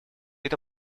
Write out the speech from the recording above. это